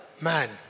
Man